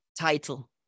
title